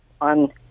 on